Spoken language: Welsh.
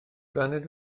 baned